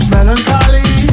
Melancholy